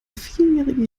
vierjährige